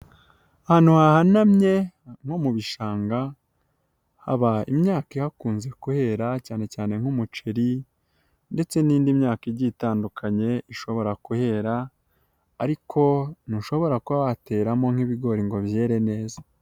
Ahantu hahanamye nko mu bishanga haba imyaka ihakunze kuhera cyane cyane nk'umuceri, ndetse n'indi myaka igiye itandukanye ishobora kuhera, ariko ntushobora kuba wateramo nk'ibigori ngo byere neza.